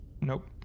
Nope